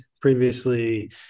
previously